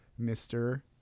Mr